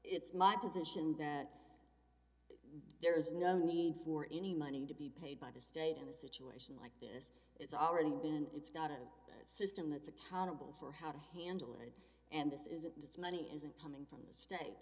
it's my position that there is no need for any money to be paid by the state in a situation like this it's already been it's not a system that's accountable for how to handle it and this isn't does money isn't come from the state